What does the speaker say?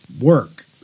work